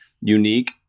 unique